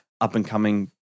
up-and-coming